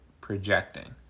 projecting